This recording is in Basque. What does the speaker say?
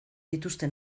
dituzte